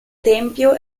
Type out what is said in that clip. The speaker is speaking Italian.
tempio